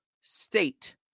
state